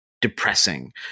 depressing